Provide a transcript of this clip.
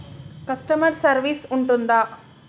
Customer service ఉంటుందా?